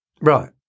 Right